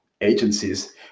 agencies